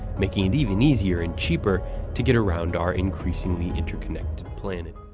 making it even easier and cheaper to get around our increasingly interconnected planet.